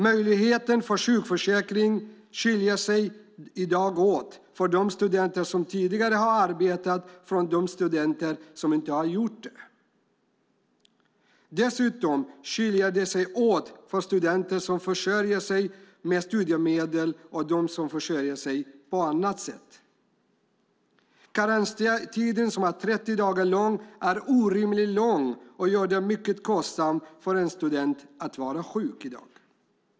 Möjligheten till sjukförsäkring är i dag olika för studenter som tidigare har arbetat och studenter som inte har gjort det. Dessutom är det olika för studenter som försörjer sig med studiemedel och studenter som försörjer sig på annat sätt. Karenstiden är 30 dagar, vilket är orimligt långt. Det gör det mycket kostsamt för en student att vara sjuk.